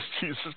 Jesus